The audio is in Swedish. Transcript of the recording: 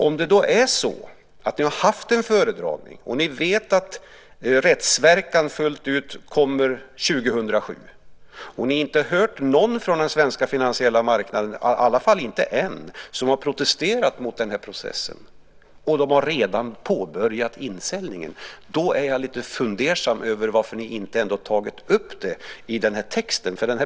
Om det då är så att ni har haft en föredragning och ni vet att rättsverkan fullt ut kommer 2007 och ni inte har hört någon från den svenska finansiella marknaden, i alla fall inte än, som har protesterat mot processen - och de har redan påbörjat insäljningen - så är jag lite fundersam över varför ni inte har tagit upp detta i texten.